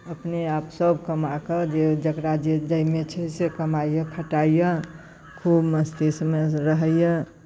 अपने आप सभ कमा कऽ जकरा जे जाहिमे छै से कमाइए खटाइए खूब मस्तीमे रहैए